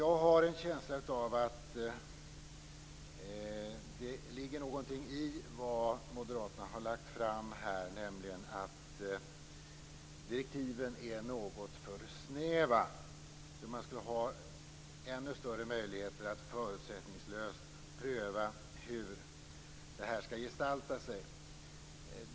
Jag har dock en känsla av att det ligger någonting i vad moderaterna har sagt här, nämligen att direktiven är något för snäva. Man skulle alltså ha ännu större möjligheter att förutsättningslöst pröva hur det här skall gestalta sig.